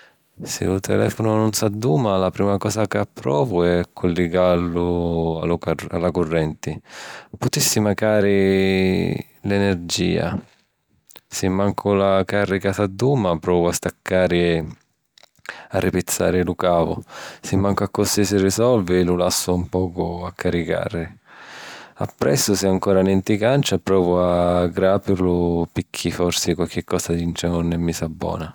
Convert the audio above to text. Si lu telèfunu nun s’adduma, la prima cosa ca provu è culligallu a la currenti: putissi mancari l’energìa. Si mancu cu la càrrica s’adduma, provu a staccari e arripizzari lu cavu. Si mancu accussì si risolvi, lu lassu un pocu a carricari. Appressu, si ancora nenti cancia, provu ad gràpirlu, picchì forsi qualchi cosa dintra nun è misa bona.